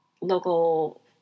local